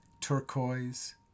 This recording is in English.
turquoise